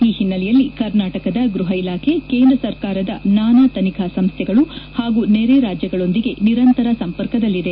ಈ ಹಿನ್ನೆಲೆಯಲ್ಲಿ ಕರ್ನಾಟಕದ ಗೃಹ ಇಲಾಖೆ ಕೇಂದ್ರ ಸರಕಾರದ ನಾನಾ ತನಿಖಾ ಸಂಸ್ಥೆಗಳು ಹಾಗೂ ನೆರೆ ರಾಜ್ಯಗಳೊಂದಿಗೆ ನಿರಂತರ ಸಂಪರ್ಕದಲ್ಲಿದೆ